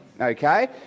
okay